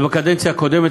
בקדנציה הקודמת,